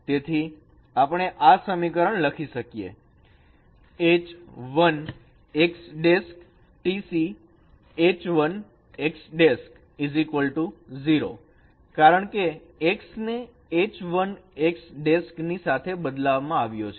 તેથી આપણે આ સમીકરણ લખી શકીએ છીએ H 1 X T CH 1 X 0 કારણ કે X ને H 1 X ની સાથે બદલાવવામાં આવ્યો છે